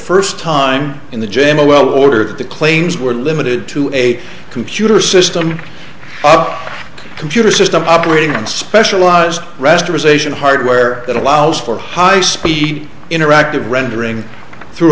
first time in the gym a well ordered the claims were limited to a computer system off the computer system operating on specialized restoration hardware that allows for high speed interactive rendering through